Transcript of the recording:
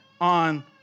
on